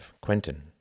Quentin